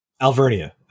Alvernia